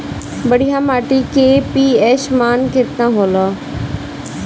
बढ़िया माटी के पी.एच मान केतना होला?